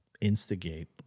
instigate